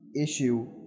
issue